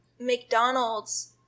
McDonald's